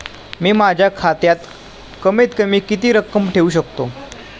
मी माझ्या खात्यात कमीत कमी किती रक्कम ठेऊ शकतो?